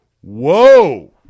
whoa